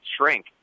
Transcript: shrink